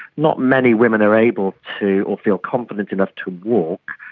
not many women are able to or feel confident enough to walk,